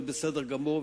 וזה בסדר גמור,